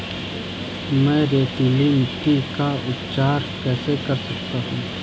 मैं रेतीली मिट्टी का उपचार कैसे कर सकता हूँ?